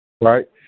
right